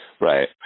Right